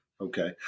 Okay